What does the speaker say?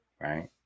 right